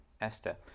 Esther